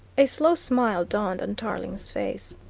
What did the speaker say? a slow smile dawned on tarling's face.